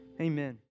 Amen